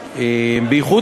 בייחוד,